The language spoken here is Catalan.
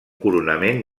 coronament